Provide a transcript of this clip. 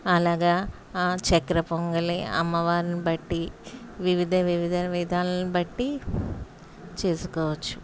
అలాగే చక్కెర పొంగలి అమ్మవారిని బట్టి వివిధ వివిధ విధాలను బట్టి చేసుకోవచ్చు